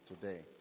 today